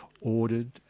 ordered